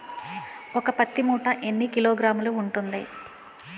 ఒక పత్తి మూట ఎన్ని కిలోగ్రాములు ఉంటుంది?